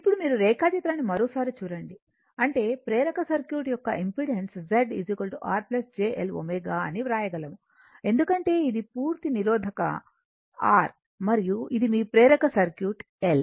ఇప్పుడు మీరు రేఖాచిత్రాన్ని మరోసారి చూడండి అంటే ప్రేరక సర్క్యూట్ యొక్క impedance Z R j L ω అని వ్రాయగలము ఎందుకంటే ఇది పూర్తి నిరోధక R మరియు ఇది మీ ప్రేరక సర్క్యూట్ L